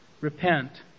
repent